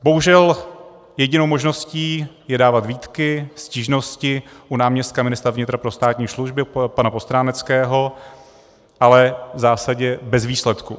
Bohužel jedinou možností je dávat výtky, stížnosti u náměstka ministra vnitra pro státní službu pana Postráneckého, ale v zásadě bez výsledku.